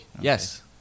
Yes